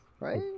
right